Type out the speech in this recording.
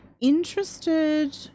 interested